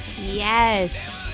Yes